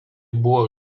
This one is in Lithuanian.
buvo